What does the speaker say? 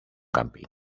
camping